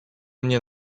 mnie